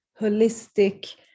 holistic